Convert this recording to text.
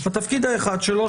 התפקיד האחד שלו,